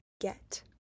get